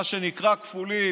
מה שנקרא, כפולים.